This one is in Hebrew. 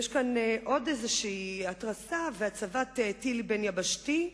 יש כאן עוד התרסה והצבת טיל בין-יבשתי.